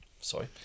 sorry